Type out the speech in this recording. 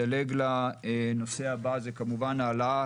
הנושא הבא זה העלאה,